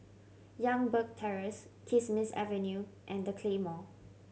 Youngberg Terrace Kismis Avenue and The Claymore